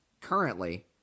currently